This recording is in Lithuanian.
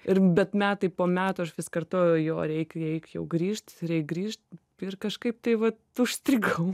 ir bet metai po metų aš vis kartoju jo reik reik jau grįžt reik grįžt ir kažkaip tai vat užstrigau